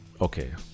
Okay